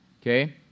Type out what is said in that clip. Okay